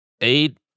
Eight